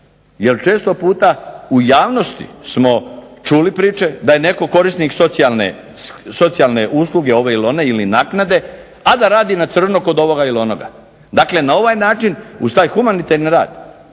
Jer često puta u javnosti smo čuli priče da je netko korisnik socijalne usluge ove ili one ili naknade, a da radi na crno kod ovoga ili onoga. Dakle, na ovaj način uz taj humanitarni rad,